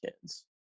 kids